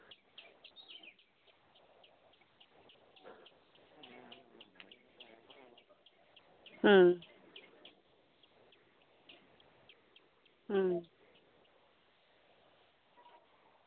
ᱦᱩᱸ ᱦᱩᱸ